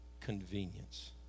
convenience